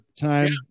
time